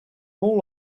all